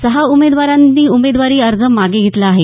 सहा उमेदवारांनी उमेदवारी अर्ज मागे घेतला आहे